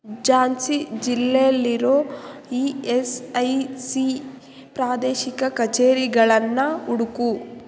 ಝಾನ್ಸಿ ಜಿಲ್ಲೆಯಲ್ಲಿರೋ E S I C ಪ್ರಾದೇಶಿಕ ಕಚೇರಿಗಳನ್ನು ಹುಡುಕು